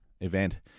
event